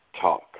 talk